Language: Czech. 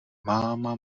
máme